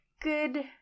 good